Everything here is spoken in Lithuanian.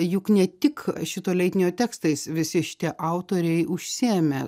juk ne tik šito leidinio tekstais visi šitie autoriai užsiėmę